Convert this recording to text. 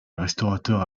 restaurateur